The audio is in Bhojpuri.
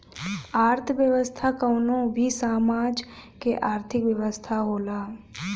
अर्थव्यवस्था कवनो भी समाज के आर्थिक व्यवस्था होला